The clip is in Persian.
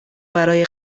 برای